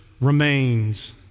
remains